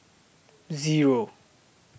Zero